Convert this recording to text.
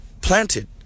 planted